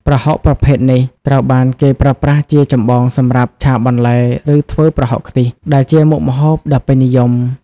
ប្រហុកប្រភេទនេះត្រូវបានគេប្រើប្រាស់ជាចម្បងសម្រាប់ ឆាបន្លែ ឬ ធ្វើប្រហុកខ្ទិះ ដែលជាមុខម្ហូបដ៏ពេញនិយម។